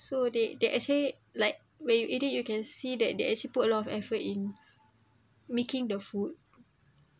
so they they actually like when you eat it you can see that they actually put a lot of effort in making the food